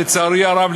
לצערי הרב,